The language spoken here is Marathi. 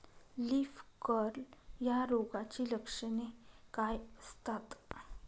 लीफ कर्ल या रोगाची लक्षणे काय असतात?